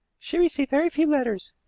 she received very few letters,